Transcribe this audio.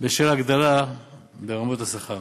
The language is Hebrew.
בשל הגדלה ברמות השכר.